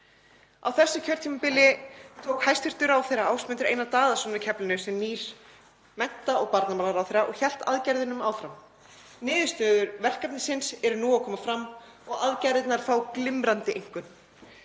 Á þessu kjörtímabili tók hæstv. ráðherra Ásmundur Einar Daðason við keflinu sem nýr mennta- og barnamálaráðherra og hélt aðgerðunum áfram. Niðurstöður verkefnisins eru nú að koma fram og aðgerðirnar fá glimrandi einkunn.